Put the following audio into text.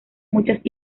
muchas